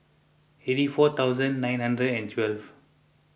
eighty four thousand nine ninety and twelve